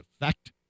effect